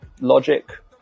logic